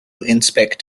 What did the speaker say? inspect